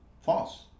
False